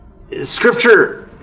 Scripture